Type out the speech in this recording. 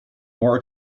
more